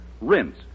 Rinse